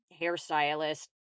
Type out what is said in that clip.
hairstylist